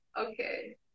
okay